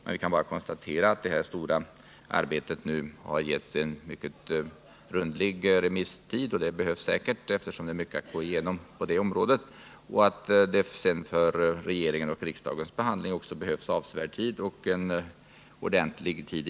Det här stora arbetet har dock getts mycket rundlig remisstid, och det behövs säkert, eftersom det är mycket att gå igenom på denna punkt. Sedan behövs också för regeringens och riksdagens behandling avsevärd tid.